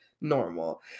normal